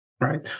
Right